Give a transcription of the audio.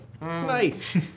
Nice